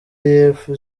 y’epfo